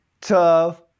tough